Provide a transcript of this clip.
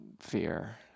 fear